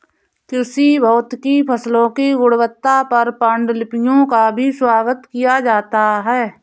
कृषि भौतिकी फसलों की गुणवत्ता पर पाण्डुलिपियों का भी स्वागत किया जाता है